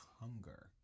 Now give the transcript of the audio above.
hunger